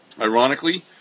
Ironically